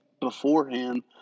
beforehand